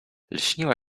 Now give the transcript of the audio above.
lśniła